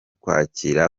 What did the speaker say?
kwakira